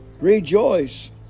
Rejoice